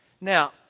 Now